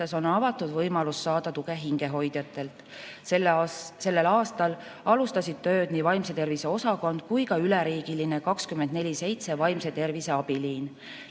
on avatud võimalus saada tuge hingehoidjatelt. Sellel aastal alustasid tööd nii vaimse tervise osakond kui ka üleriigiline 24/7 vaimse tervise abiliin.